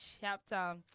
chapter